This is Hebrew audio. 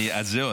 אז זהו,